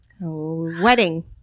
Wedding